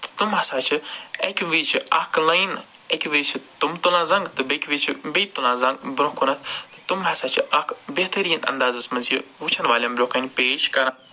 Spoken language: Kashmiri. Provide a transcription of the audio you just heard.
تہٕ تِم ہَسا چھِ اَکہِ وِزِ چھِ اَکھ لایِن اَکہِ وِزِ چھِ تِم تُلان زنٛگہٕ تہٕ بیٚکہِ وِزِ چھِ بیٚیہِ تُلان زَنٛگ برٛونٛہہ کُنَتھ تِم ہَسا چھِ اکھ بہتریٖن انٛدازس منٛز یہِ وٕچھَن والٮ۪ن برٛونٛہہ کَنہِ پیش کَران